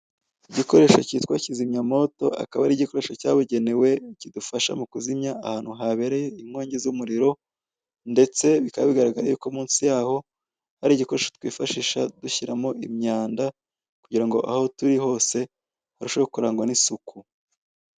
Igikoresho kitwa kizimyamwoto akaba ari igikoresho cyabugenewe kidufasha mu kuzimya ahantu habereye inkongi z'umuriro ndetse bika bigaragara yuko mu nsi yaho hari igikoresho twifashisha dushyiramo imyanda kugira ngo aho turi hose turusheho kurangwa n'isuku.